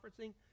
conferencing